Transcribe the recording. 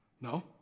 No